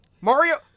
Mario